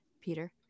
Peter